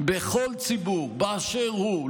בכל ציבור באשר הוא,